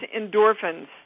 endorphins